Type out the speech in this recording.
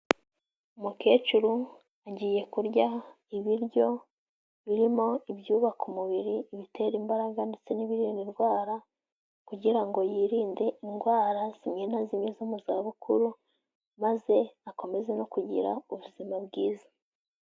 Umukecuru agiye kurya ibiryo birimo ibyubaka umubiri, ibitera imbaraga ndetse n'ibirinda indwara kugira ngo yirinde indwara zimwe na zimwe zo mu zabukuru, maze akomeze no kugira ubuzima bwiza.